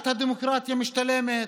הצרת הדמוקרטיה משתלמת,